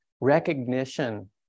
recognition